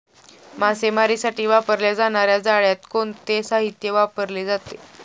मासेमारीसाठी वापरल्या जाणार्या जाळ्यात कोणते साहित्य वापरले जाते?